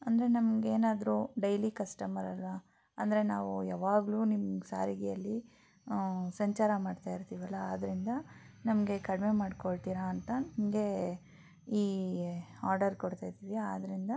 ಅಂದರೆ ನಮಗೆ ಏನಾದರೂ ಡೈಲಿ ಕಸ್ಟಮರ್ ಅಲ್ವಾ ಅಂದರೆ ನಾವು ಯಾವಾಗಲೂ ನಿಮ್ಮ ಸಾರಿಗೆಯಲ್ಲಿ ಸಂಚಾರ ಮಾಡ್ತಾ ಇರ್ತೀವಲ್ಲ ಆದ್ದರಿಂದ ನಮಗೆ ಕಡಿಮೆ ಮಾಡಿಕೊಳ್ತೀರಾ ಅಂತ ನಿಮಗೆ ಈ ಆರ್ಡರ್ ಕೊಡ್ತಾ ಇದ್ವಿ ಆದ್ದರಿಂದ